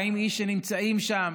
על 140 איש שנמצאים שם,